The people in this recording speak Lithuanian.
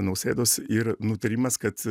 nausėdos ir nutarimas kad